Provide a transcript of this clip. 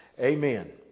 Amen